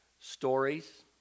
stories